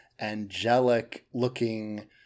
angelic-looking